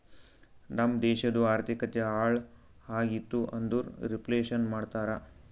ನಮ್ ದೇಶದು ಆರ್ಥಿಕತೆ ಹಾಳ್ ಆಗಿತು ಅಂದುರ್ ರಿಫ್ಲೇಷನ್ ಮಾಡ್ತಾರ